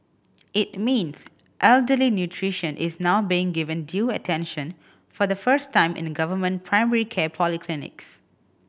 it means elderly nutrition is now being given due attention for the first time in a government primary care polyclinics